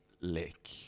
Lick